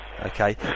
Okay